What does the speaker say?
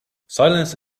silence